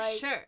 sure